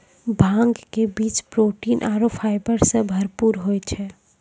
भांग के बीज प्रोटीन आरो फाइबर सॅ भरपूर होय छै